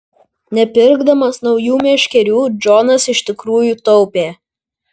nepirkdamas naujų meškerių džonas iš tikrųjų taupė